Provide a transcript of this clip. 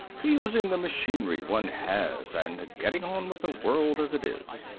to using the machinery one has and getting on with the world as it is.